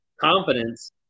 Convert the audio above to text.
confidence